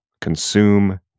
consume